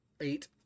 Eight